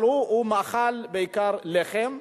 אבל הוא מאכל, בעיקר לחם.